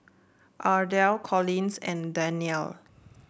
Ardell Collins and Danyelle